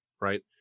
right